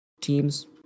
teams